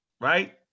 right